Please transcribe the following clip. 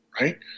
right